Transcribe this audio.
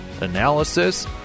analysis